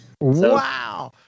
Wow